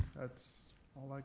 that's all i've